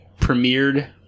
premiered